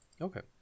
Okay